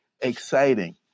exciting